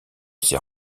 ses